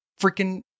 freaking-